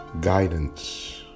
guidance